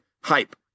hype